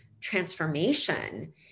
transformation